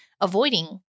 avoiding